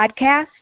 podcast